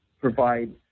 provide